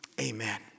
amen